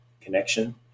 connection